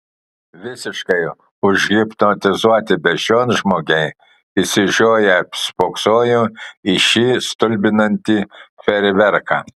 visiškai užhipnotizuoti beždžionžmogiai išsižioję spoksojo į šį stulbinantį fejerverką